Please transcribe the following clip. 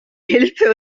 hilfe